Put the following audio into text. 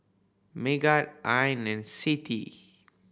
Megat Ain and Siti